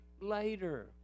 later